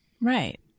Right